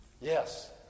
Yes